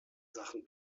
sachen